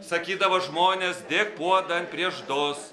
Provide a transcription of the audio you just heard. sakydavo žmonės dėk puodą ant prieždos